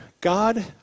God